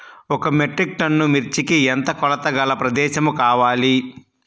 ఒక metric ton మిర్చికి ఎంత కొలతగల ప్రదేశము కావాలీ?